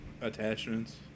attachments